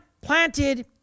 planted